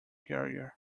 carrier